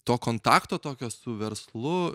to kontakto tokio su verslu